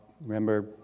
Remember